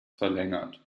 verlängert